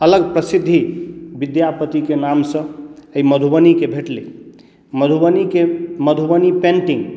अलग प्रसिद्धि विद्यापतिके नामसँ एहि मधुबनीकेँ भेटलै मधुबनीके मधुबनी पेन्टिंग